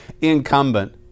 incumbent